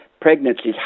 pregnancies